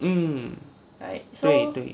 mm 对对